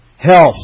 Health